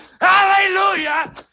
Hallelujah